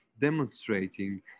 demonstrating